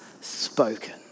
spoken